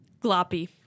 Gloppy